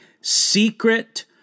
secret